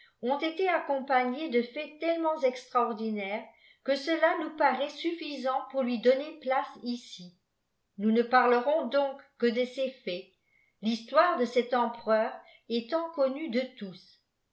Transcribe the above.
ont té accdihpàgnées dé faits teïleinent exiraordinaires que cela nous parat stifssant pour lui ttoniier place iôi nous ne parlerons donc que déiès faits l'histoire de cet empereur étant connue de tous